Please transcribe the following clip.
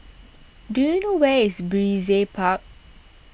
do you know where is Brizay Park